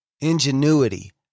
ingenuity